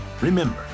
Remember